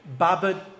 Babad